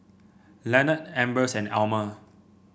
Leonard Ambers and Almer